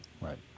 Right